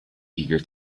eager